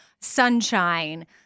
sunshine